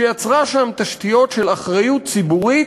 רפורמה שיצרה שם תשתיות של אחריות ציבורית,